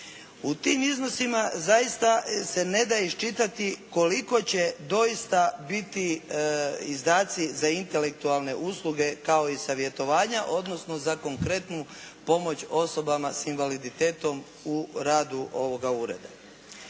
U tim iznosima zaista se ne da iščitati koliko će doista biti izdaci za intelektualne usluge kao i savjetovanja, odnosno za konkretnu pomoć osobama sa invaliditetom u radu ovoga ureda.